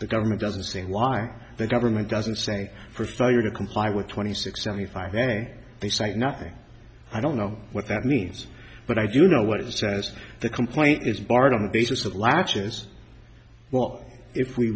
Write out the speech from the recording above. the government doesn't saying why the government doesn't say for failure to comply with twenty six seventy five anyway they cite nothing i don't know what that means but i do know what it says the complaint is barred on the basis of latches well if we